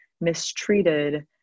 mistreated